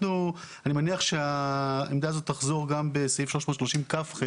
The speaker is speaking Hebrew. אני מניח שהעמדה הזאת תחזור גם בסעיף 330כח,